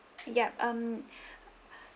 yup um